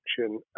action